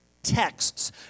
Texts